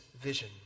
vision